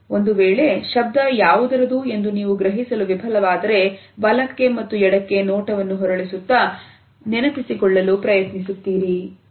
ಒಂದು ವೇಳೆ ಶಬ್ದ ಯಾವುದರದು ಎಂದು ನೀವು ಗ್ರಹಿಸಲು ವಿಫಲವಾದರೆ ಬಲಕ್ಕೆ ಮತ್ತು ಎಡಕ್ಕೆ ನೋಟವನ್ನು ಹೊರಳಿಸುತ್ತಾ ನೆನಪಿಸಿಕೊಳ್ಳಲು ಪ್ರಯತ್ನಿಸುತ್ತೀರಿ